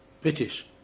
British